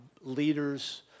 leaders